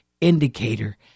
indicator